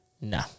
no